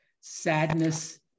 Sadness